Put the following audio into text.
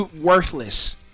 worthless